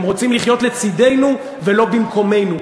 הם רוצים לחיות לצדנו ולא במקומנו.